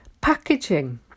packaging